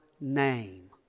name